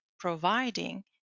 providing